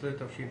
כ"ב כסלו תשפ"א